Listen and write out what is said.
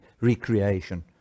recreation